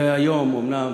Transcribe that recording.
זה היום, אומנם